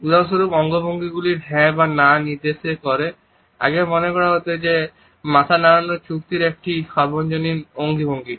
উদাহরণস্বরূপ অঙ্গভঙ্গিগুলি হ্যাঁ এবং না নির্দেশ করে। আগে মনে করা হত যে মাথা নাড়ানো চুক্তির একটি সর্বজনীন অঙ্গভঙ্গি